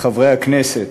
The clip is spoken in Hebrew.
חברי חברי הכנסת,